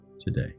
today